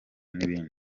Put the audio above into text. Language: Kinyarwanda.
n’ibindi